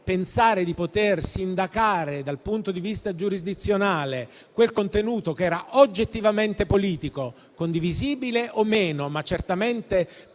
pensare di poter sindacare dal punto di vista giurisdizionale quel contenuto oggettivamente politico, condivisibile o meno, ma certamente